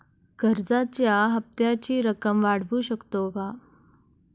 कर्जाच्या हप्त्याची रक्कम वाढवू शकतो का?